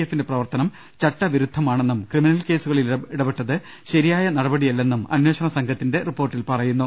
എഫിന്റെ പ്രവർത്തനം ചട്ടവിരുദ്ധമാണെന്നും ക്രിമിനൽ കേസുകളിൽ ഇടപെട്ടത് ശരിയായ നടപടിയല്ലെന്നും അന്വേഷണ സംഘത്തിന്റെ റിപ്പോർട്ടിൽ പറയുന്നു